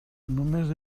només